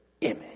image